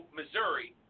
Missouri